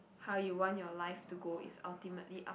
how you want your life to go is ultimately up